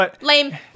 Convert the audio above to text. Lame